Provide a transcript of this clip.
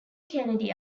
kennedy